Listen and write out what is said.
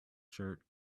shirt